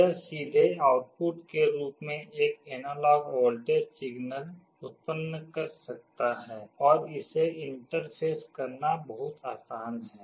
यह सीधे आउटपुट के रूप में एक एनालॉग वोल्टेज सिग्नल उत्पन्न कर सकता है और इसे इंटरफ़ेस करना बहुत आसान है